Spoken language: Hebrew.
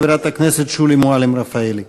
חברת הכנסת שולי מועלם-רפאלי.